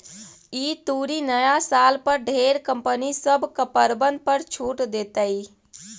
ई तुरी नया साल पर ढेर कंपनी सब कपड़बन पर छूट देतई